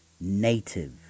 native